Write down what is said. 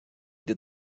the